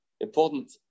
important